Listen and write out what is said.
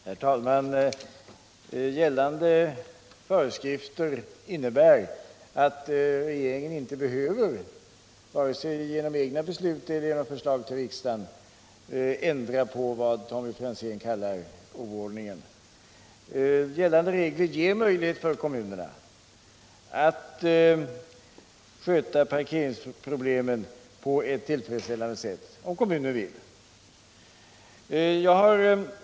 Herr talman! Gällande föreskrifter innebär att regeringen inte behöver, vare sig genom egna beslut eller genom förslag till riksdagen, ändra på vad Tommy Franzén kallar oordning. Gällande regler ger möjlighet för kommunerna att sköta parkeringsproblemen på ett tillfredsställande sätt, om kommunerna vill.